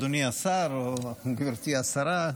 אדוני השר או גברתי השרה,